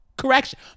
Correction